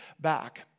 back